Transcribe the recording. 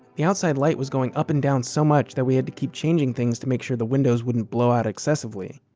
the outside light was going up and down so much that we had to keep changing things to make sure the windows wouldn't blow out excessively.